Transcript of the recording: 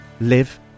live